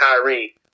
Kyrie